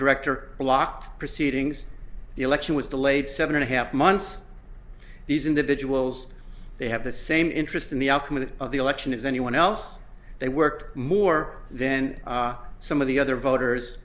director blocked proceedings the election was delayed seven and a half months these individuals they have the same interest in the outcome of the election as anyone else they worked more then some of the other voters